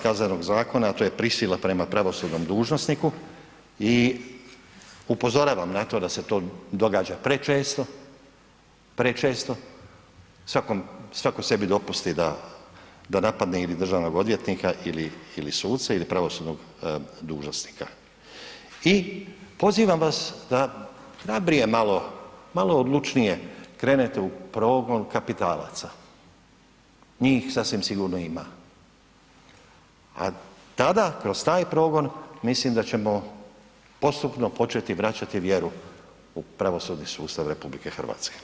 Kaznenog zakona, a to je prisila prema pravosudnom dužnosniku i upozoravam na to da se to događa prečesto, prečesto, svako sebi dopusti da napadne ili državnog odvjetnika ili suce ili pravosudnog dužnosnika i pozivam vas da hrabrije malo, malo odlučnije krenete u progon kapitalaca, njih sasvim sigurno ima, a tada kroz taj progon mislim da ćemo postupno početi vraćati vjeru u pravosudni sustav RH.